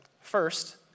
First